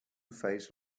phase